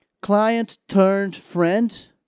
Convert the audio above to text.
client-turned-friend